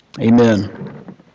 Amen